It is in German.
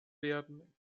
werden